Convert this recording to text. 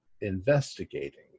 investigating